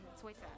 Twitter